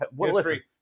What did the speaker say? History